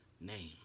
name